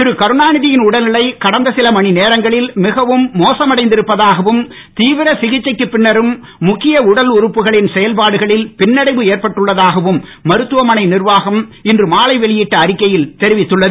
திரு கருணாநிதியின் நிலை கடந்த சில மணி நேரங்களில் மிகவும் மோசமடைந்திருப்பதாகவும் தீவிர சிகிச்சைக்கு பின்னரும் முக்கிய உடல் உறுப்புகளின் செயல்பாடுகளில் பின்னடைவு ஏற்பட்டுள்ள தாகவும் மருத்துவமனை நிர்வாகம் இன்று மாலை வெளியிட்ட அறிக்கையில் தெரிவிக்கப்பட்டுள்ளது